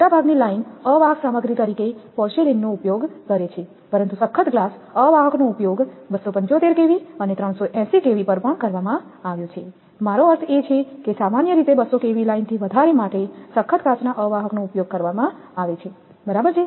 મોટાભાગની લાઇન અવાહક સામગ્રી તરીકે પોર્સેલેઇનનો ઉપયોગ કરે છે પરંતુ સખત ગ્લાસ અવાહક નો ઉપયોગ 275 kV અને 380 kV પર પણ કરવામાં આવ્યો છે મારો અર્થ એ છે કે સામાન્ય રીતે 220 kV લાઇનથી વધારે માટે સખત કાચના અવાહક નો ઉપયોગ કરવામાં આવે છે બરાબર